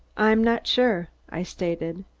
i'm not sure, i stated.